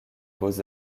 beaux